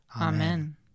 Amen